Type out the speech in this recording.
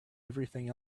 everything